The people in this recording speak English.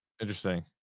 interesting